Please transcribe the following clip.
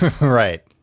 Right